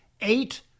Eight